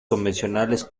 convencionales